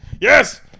yes